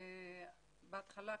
בהתחלה,